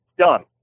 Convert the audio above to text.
done